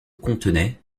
contenait